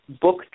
book